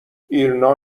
ایرنا